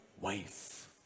wife